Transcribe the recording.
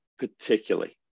Particularly